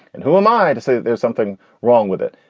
and who am i to say there's something wrong with it?